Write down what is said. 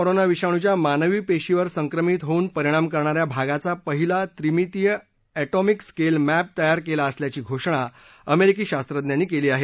नव्या कोरोना विषाणूच्या मानवी पेशीवर संक्रमित होऊन परिणाम करणा या भागाचा पहिला त्रिमितीय ए मिक स्केल मॅप तयार केला असल्याची घोषणा अमेरिकी शास्त्रज्ञांनी केली आहे